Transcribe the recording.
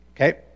Okay